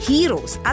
Heroes